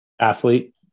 athlete